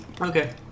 Okay